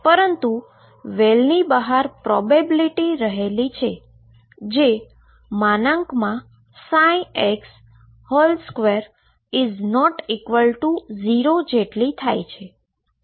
પરંતુ વેલની બહાર પ્રોબેબીલીટી રહેલી છે જે x2≠0 જેટલી થાય છે